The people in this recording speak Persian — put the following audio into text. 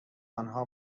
آنها